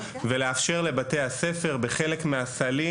ויאפשר לבתי הספר בחלק מהסלים